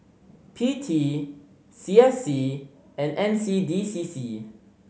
P T C S C and N C D C C